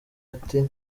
ati